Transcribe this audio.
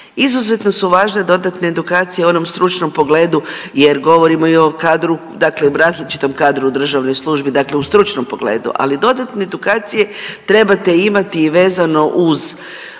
izuzetno su važne dodatne edukacije u onom stručnom pogledu jer govorimo i o ovom kadru, dakle o različitom kadru u državnoj službi, dakle u stručnom pogledu, ali dodatne edukacije trebate imati i vezano uz